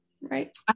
right